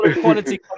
quality